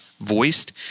voiced